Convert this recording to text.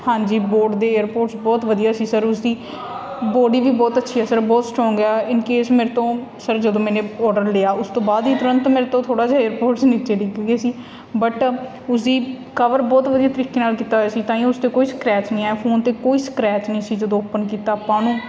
ਹਾਂਜੀ ਬੋਟ ਦੇ ਏਅਰਪੋਰਡਸ ਬਹੁਤ ਵਧੀਆ ਸੀ ਸਰ ਉਸਦੀ ਬੋਡੀ ਵੀ ਬਹੁਤ ਅੱਛੀ ਹੈ ਸਰ ਬਹੁਤ ਸਟਰੋਂਗ ਆ ਇਨ ਕੇਸ ਮੇਰੇ ਤੋਂ ਸਰ ਜਦੋਂ ਮੈਨੇ ਆਰਡਰ ਲਿਆ ਉਸ ਤੋਂ ਬਾਅਦ ਹੀ ਤੁਰੰਤ ਮੇਰੇ ਤੋਂ ਥੋੜ੍ਹਾ ਜਿਹਾ ਏਅਰਪੋਰਡਸ ਨੀਚੇ ਡਿੱਗ ਗਏ ਸੀ ਬਟ ਉਸਦੀ ਕਵਰ ਬਹੁਤ ਵਧੀਆ ਤਰੀਕੇ ਨਾਲ ਕੀਤਾ ਹੋਇਆ ਸੀ ਤਾਂ ਹੀ ਉਸ 'ਤੇ ਕੁਝ ਸਕਰੈਚ ਨਹੀਂ ਆਇਆ ਫੋਨ 'ਤੇ ਕੋਈ ਸਕਰੈਚ ਨਹੀਂ ਸੀ ਜਦੋਂ ਓਪਨ ਕੀਤਾ ਆਪਾਂ ਨੂੰ